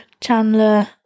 Chandler